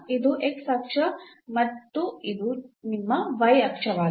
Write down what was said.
ಇದು ಅಕ್ಷ ಮತ್ತು ಇದು ನಿಮ್ಮ ಅಕ್ಷವಾಗಿದೆ